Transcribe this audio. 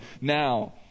now